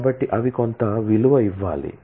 కాబట్టి అవి కొంత విలువ ఇవ్వాలి